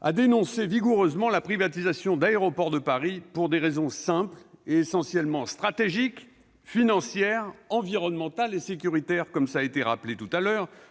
à dénoncer vigoureusement la privatisation d'Aéroports de Paris pour des raisons simples, essentiellement stratégiques, financières, environnementales et sécuritaires